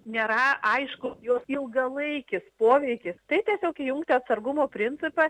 nėra aišku jog ilgalaikis poveikis tai tiesiog įjungti atsargumo principą